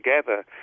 together